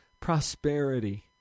prosperity